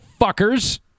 fuckers